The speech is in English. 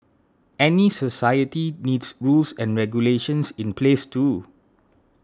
any society needs rules and regulations in place too